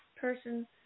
person